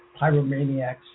pyromaniacs